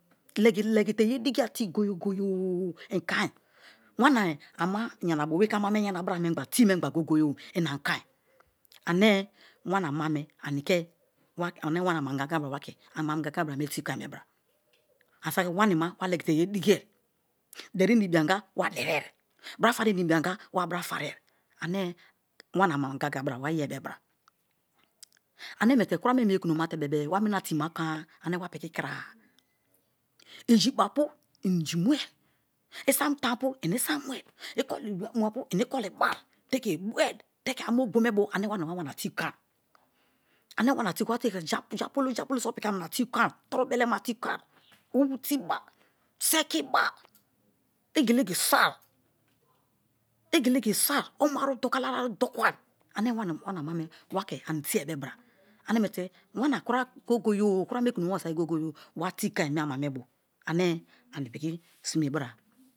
Legi legi te ye digia tēe goye-goye i kon e̠. Wana ama yanabo be ke ama me yana bra me gba tēē me gba goye-goye i ani kone ane wana ama me ani ke, ane wana amangaga bra wa ke amangaga bra me tēē kon-e be bra. Ani saki wani ma wa legi te yediki ye i-deri na ibianga wa derrie bra fari na i̠bi̠anga wa brafarie ane wana aman-gaga bra wa ye be bra ane miete kura me miē kulō mate be-e wa mina tēē ma kon-a ane wapiki kira-a inji bapu inji mue isam tan apu ini sam mue. Iko̠li mutapy i ikoli bai teke bōe teke ama ogbo me bo ane wani wa wana tēē kon-e. Ane wana tēē, wa tēe̠ kuma, ja polo, ja polo piki amina tēē kon-e to̠ru̠ beleme tēē kon-e, owu tēē ba, sekiba, egelege soi, egele ge soi, o̠mu̠-aru doki, alali-aru do̠ku̠-e ane wani wana ama wake̠ ani tes be bra ane miete wana kura goye-goye-ō kura me̠ kura me kuomaba sa̠ki̠ gōye-gōye-o wa teē ko̠n mie ama me bo ane i piki sime bra